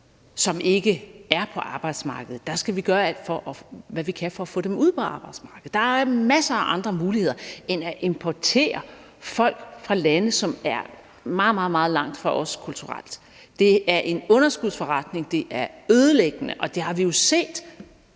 som ikke er på arbejdsmarkedet, skal gøre alt, hvad vi kan, for at få dem ud på arbejdsmarkedet. Der er masser af andre muligheder end at importere folk fra lande, som er meget, meget langt fra os kulturelt. Det er en underskudsforretning, det er ødelæggende, og det har vi jo set.